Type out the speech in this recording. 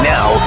Now